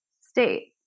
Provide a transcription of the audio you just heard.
state